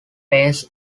pace